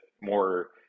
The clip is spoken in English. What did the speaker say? more